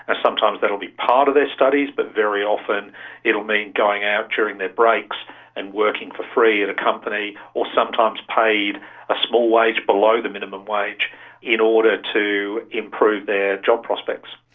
ah sometimes that will be part of their studies, but very often it will mean going out during their breaks and working for free at a company or sometimes paid a small wage below the minimum wage in order to improve their job prospects.